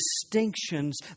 distinctions